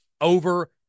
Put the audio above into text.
over